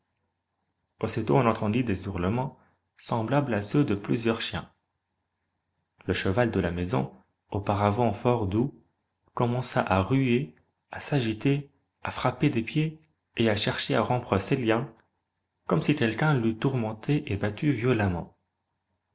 aussitôt on entendit des hurlemens semblables à ceux de plusieurs chiens le cheval de la maison auparavant fort doux commença à ruer à s'agiter à frapper des pieds et à chercher à rompre ses liens comme si quelqu'un l'eût tourmenté et battu violemment